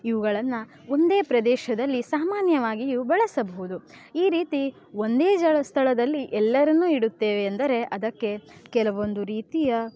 ಇವುಗಳನ್ನು ಒಂದೇ ಪ್ರದೇಶದಲ್ಲಿ ಸಾಮಾನ್ಯವಾಗಿಯೂ ಬಳಸಬಹುದು ಈ ರೀತಿ ಒಂದೇ ಜಳ ಸ್ಥಳದಲ್ಲಿ ಎಲ್ಲರನ್ನೂ ಇಡುತ್ತೇವೆ ಎಂದರೆ ಅದಕ್ಕೆ ಕೆಲವೊಂದು ರೀತಿಯ